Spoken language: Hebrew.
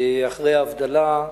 אחרי ההבדלה,